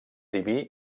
diví